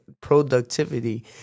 productivity